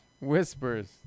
Whispers